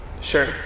Sure